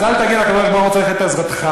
אז אל תגיד: הקדוש-ברוך-הוא צריך את עזרתך.